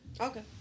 Okay